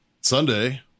Sunday